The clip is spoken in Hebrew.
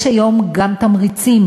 יש היום גם תמריצים,